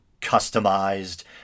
customized